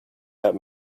out